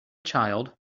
child